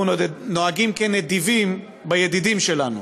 אנחנו נוהגים בנדיבות בידידים שלנו,